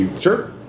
Sure